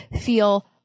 feel